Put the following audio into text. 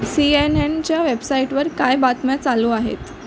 C N एनच्या वेबसाईटवर काय बातम्या चालू आहेत